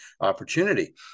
opportunity